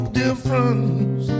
difference